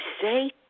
say